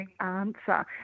answer